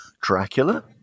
Dracula